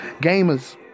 gamers